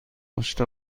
داشته